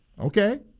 Okay